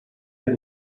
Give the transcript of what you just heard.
дээр